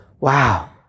wow